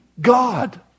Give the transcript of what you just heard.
God